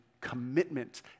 commitment